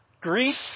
Greece